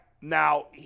Now